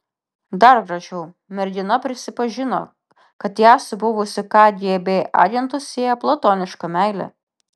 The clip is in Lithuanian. dar gražiau mergina prisipažino kad ją su buvusiu kgb agentu sieja platoniška meilė